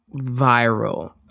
viral